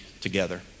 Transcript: together